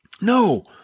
No